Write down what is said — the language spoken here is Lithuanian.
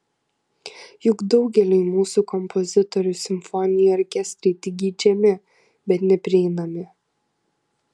juk daugeliui mūsų kompozitorių simfoniniai orkestrai tik geidžiami bet neprieinami